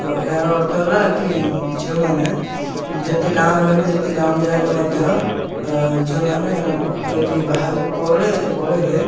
ଏହାର ଅର୍ଥ ହେଲା କି ଝିଅମାନେ ଯେତେ ଗାଁ'ରେ ରହିଲେ ଯେତେ ଗାଉଁଳିଆ ହେଲେ ମଧ୍ୟ ଝିଅମାନେ ଯଦି ବାହାରକୁ ପଳେଇଲେ